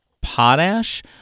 potash